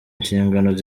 inshingano